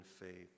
faith